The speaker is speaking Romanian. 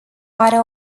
mare